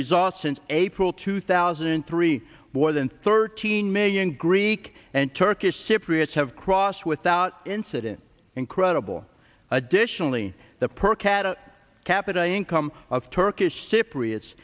result since april two thousand and three more than thirteen million greek and turkish cypriots have crossed without incident incredible additionally the per capita capita income of turkish cypriots